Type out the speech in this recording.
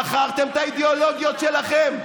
מכרתם את האידיאולוגיות שלכם.